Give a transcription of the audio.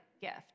gift